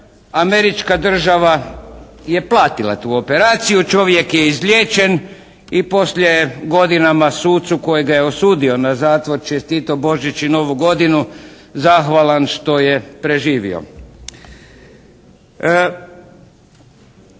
Američka država je platila tu operaciju, čovjek je izliječen i poslije je godinama sucu koji ga je osudio na zatvor čestitao Božić i Novu godinu zahvalan što je preživio.